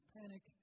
panic